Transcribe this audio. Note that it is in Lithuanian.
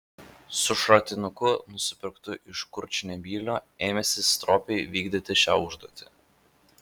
su šratinuku nusipirktu iš kurčnebylio ėmėsi stropiai vykdyti šią užduotį